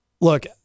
look